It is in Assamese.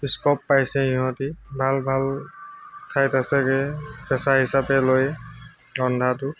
স্কপ পাইছে সিহঁতে হাল ভাল ঠাইত আছেগৈ পেচা হিচাপে লৈ ৰন্ধাটো